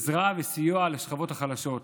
עזרה וסיוע לשכבות החלשות.